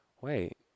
wait